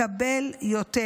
מי שנותן יותר צריך לקבל יותר.